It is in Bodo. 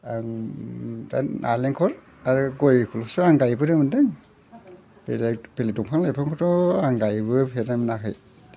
आं दा नारेंखल आरो गयखौल'सो आं गायबोनो मोनदों बेलेग बेलेग बिंफां लाइफांखौथ' आं गायबोफेरनो मोनाखै